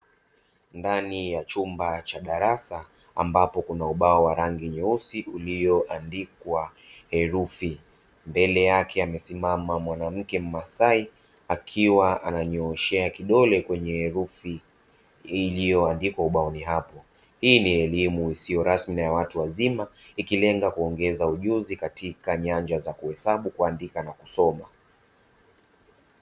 Ndani ya chumba cha darasa ambapo kuna ubao wa rangi nyeusi ulioandikwa herufi mbele yake amesimama mwanamke mmasai akiwa ananyooshea kidole kwenye herufi iliyoandikwa ubaoni hapo, hii ni elimu isiyo rasmi ya watu wazima ikilenga kuongeza ujuzi katika nyanja za kuhesabu kuandika na kusoma.